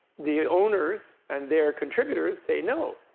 the owners and their contributors say no.